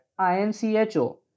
INCHO